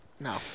No